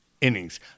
innings